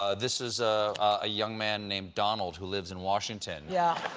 ah this is a ah young man named donald who lives in washington. yeah.